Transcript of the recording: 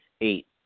eight